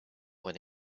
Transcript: what